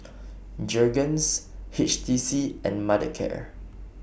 Jergens H T C and Mothercare